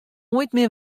mear